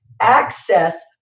access